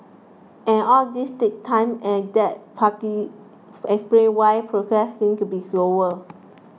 and all this takes time and that partly explains why progress seems to be slower